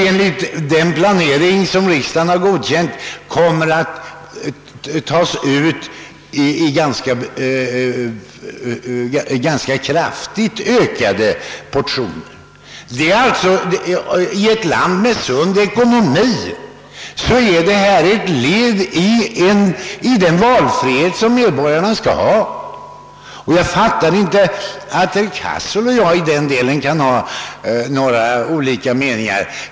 Enligt den planering som riksdagen godkänt kommer dessa avgifter att tas ut i ganska kraftigt ökade portioner. I ett land med sund ekonomi utgör detta ett led i den valfrihet som medborgarna skall ha, och jag fattar inte att herr Cassel och jag i denna del kan hysa olika meningar.